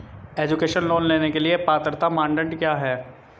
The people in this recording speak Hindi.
एजुकेशन लोंन के लिए पात्रता मानदंड क्या है?